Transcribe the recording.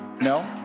no